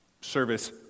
service